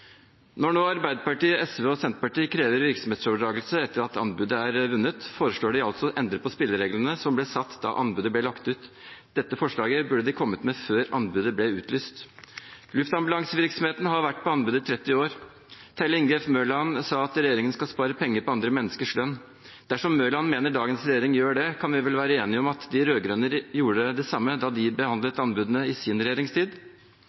Når nå Arbeiderpartiet, SV og Senterpartiet krever virksomhetsoverdragelse etter at anbudet er vunnet, foreslår de altså å endre på spillereglene som ble satt da anbudet ble lagt ut. Dette forslaget burde de kommet med før anbudet ble utlyst. Luftambulansevirksomheten har vært på anbud i 30 år. Representanten Tellef Inge Mørland sa at regjeringen skal spare penger på andre menneskers lønn. Dersom Mørland mener at dagens regjering gjør det, kan vi vel være enige om at de rød-grønne gjorde det samme da de behandlet anbudene i sin regjeringstid.